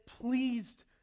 pleased